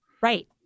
Right